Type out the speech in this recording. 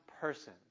person